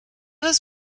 was